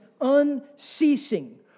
unceasing